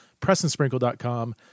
pressandsprinkle.com